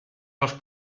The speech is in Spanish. los